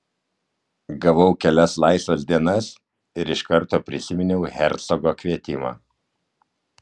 gavau kelias laisvas dienas ir iš karto prisiminiau hercogo kvietimą